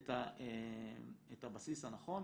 את הבסיס הנכון,